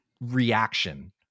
reaction